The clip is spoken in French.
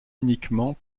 uniquement